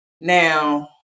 Now